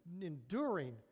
enduring